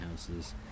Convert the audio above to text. houses